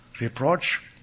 reproach